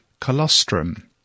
colostrum